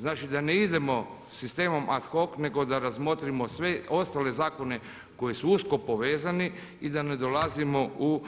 Znači da ne idemo sistemom ad hoc nego da razmotrimo sve ostale zakone koji su usko povezani i da ne dolazimo u